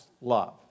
love